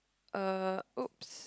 uh !oops!